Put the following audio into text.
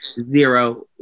zero